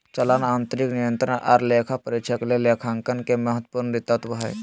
चालान आंतरिक नियंत्रण आर लेखा परीक्षक के लेखांकन के एक महत्वपूर्ण तत्व हय